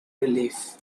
relief